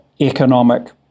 economic